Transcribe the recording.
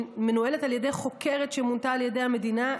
שמנוהלת על ידי חוקרת שמונתה על ידי המדינה,